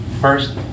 First